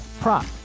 prop